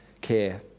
Care